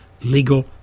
legal